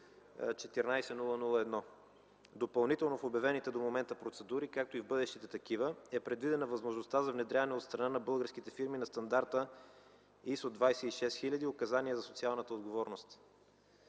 14001. Допълнително в обявените до момента процедури, както и в бъдещите такива е предвидена възможността за внедряване от страна на българските фирми на стандарта ISO 26000 „Указания за социалната отговорност”.